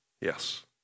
Yes